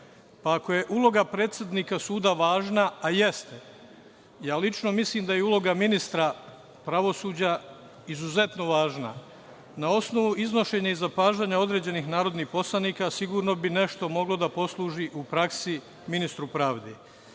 Pa, ako je uloga predsednika suda važna, a jeste, lično mislim da je uloga ministra pravosuđa izuzetno važna. Na osnovu iznošenja i zapažanja određenih narodnih poslanika, sigurno bi nešto moglo da posluži u praksi ministru pravde.